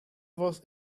was